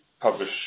publish